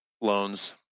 loans